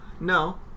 No